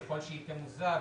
ככל שהיא תמוזג,